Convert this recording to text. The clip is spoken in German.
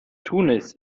tunis